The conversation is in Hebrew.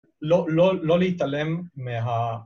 לא להתעלם מה...